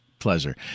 pleasure